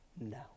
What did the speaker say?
No